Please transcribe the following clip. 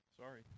Sorry